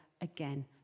again